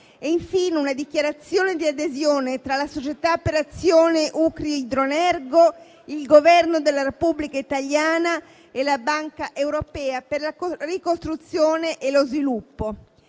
e, infine, una dichiarazione di adesione tra la società per azioni Ukrhydroenergo, il Governo della Repubblica italiana e la Banca europea per la ricostruzione e lo sviluppo.